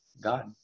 God